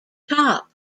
top